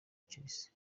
chelsea